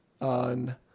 on